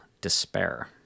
despair